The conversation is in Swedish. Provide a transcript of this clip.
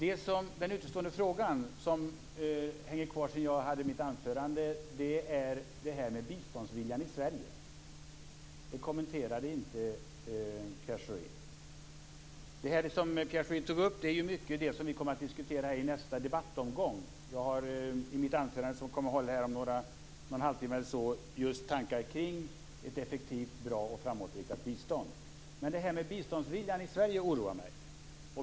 Den utestående frågan, som hänger kvar sedan jag höll mitt anförande, är detta med biståndsviljan i Sverige. Den kommenterade inte Pierre Schori. Mycket av det som Pierre Schori tog upp kommer vi att diskutera i nästa debattomgång. Jag har i mitt anförande, som jag kommer att hålla om en halvtimme eller så, just tankar kring ett effektivt, bra och framåtriktat bistånd. Men det här med biståndsviljan oroar mig.